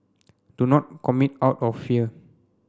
do not commit out of fear